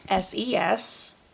SES